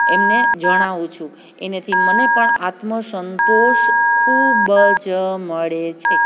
એમને જણાવું છું એનેથી મને પણ આત્મસંતોષ ખૂબજ મળે છે